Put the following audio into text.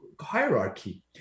hierarchy